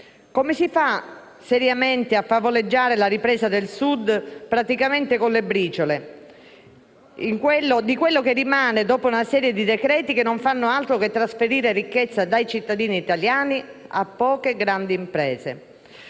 Come si fa seriamente a favoleggiare la ripresa del Sud praticamente con le briciole, di quello che rimane dopo una serie di provvedimenti che non fanno altro che trasferire ricchezza dai cittadini italiani a poche grandi imprese?